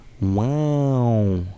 Wow